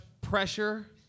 pressure